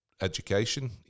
education